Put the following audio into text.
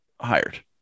hired